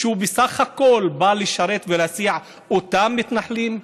כשהוא בסך הכול בא לשרת ולהסיע את אותם מתנחלים?